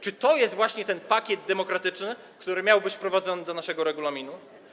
Czy to jest właśnie ten pakiet demokratyczny, który miał być wprowadzony do naszego regulaminu?